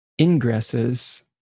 ingresses